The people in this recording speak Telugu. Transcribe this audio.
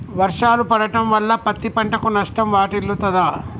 వర్షాలు పడటం వల్ల పత్తి పంటకు నష్టం వాటిల్లుతదా?